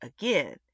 again